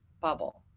bubble